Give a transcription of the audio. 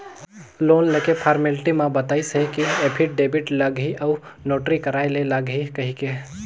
loan लेके formality म बताइस हे कि एफीडेबिड लागही अउ नोटरी कराय ले लागही कहिके